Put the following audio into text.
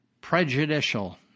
prejudicial